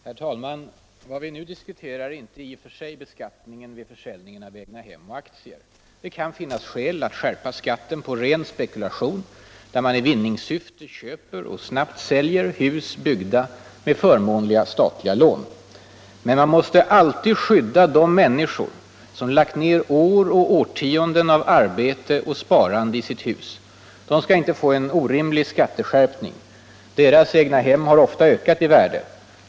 Herr talman! Vad vi nu diskuterar är inte i och för sig beskattningen vid försäljning av egnahem och aktier. Det kan finnas skäl att skärpa skatten på ren spekulation, där man i vinningssyfte köper och snabbt säljer hus, byggda med förmånliga statliga lån. Men vi måste alltid skydda de människor som lagt ner år och årtionden av arbete och sparande i sitt hus. De skall inte få en orimlig skatteskärpning. Deras egnahem har ofta ökat i värde.